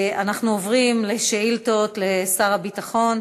אנחנו עוברים לשאילתות לשר הביטחון.